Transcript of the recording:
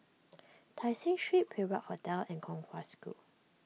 Tai Seng Street Perak Hotel and Kong Hwa School